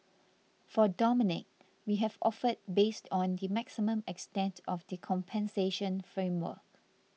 for Dominique we have offered based on the maximum extent of the compensation framework